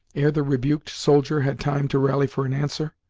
ere the rebuked soldier had time to rally for an answer.